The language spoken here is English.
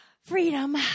freedom